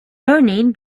örneğin